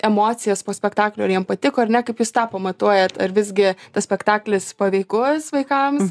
emocijas po spektaklio ar jiem patiko ar ne kaip jūs tą pamatuojat ar visgi tas spektaklis paveikus vaikams